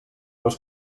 les